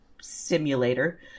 simulator